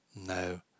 No